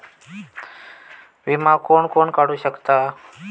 विमा कोण कोण काढू शकता?